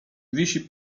wisi